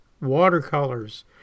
watercolors